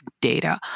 data